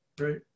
right